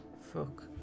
Fuck